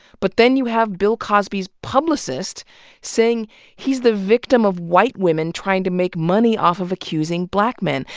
but then you have bill cosby's publicist saying he's the victim of white women trying to make money off of accusing black men.